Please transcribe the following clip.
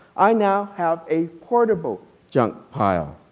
i now have a portable junk pile.